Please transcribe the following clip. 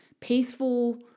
peaceful